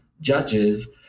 judges